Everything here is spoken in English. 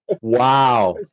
wow